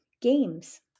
games